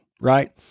right